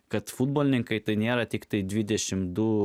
kad futbolininkai tai nėra tiktai dvidešim du